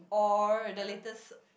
or the latest